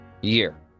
year